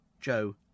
Joe